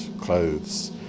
clothes